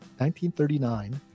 1939